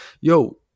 yo